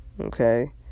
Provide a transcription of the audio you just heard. Okay